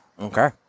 Okay